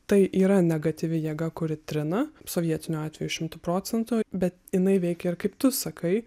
tai yra negatyvi jėga kuri trina sovietiniu atveju šimtu procentų bet jinai veikia ir kaip tu sakai